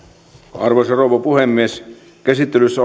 arvoisa rouva puhemies käsittelyssä